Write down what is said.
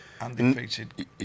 undefeated